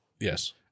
Yes